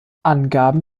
angaben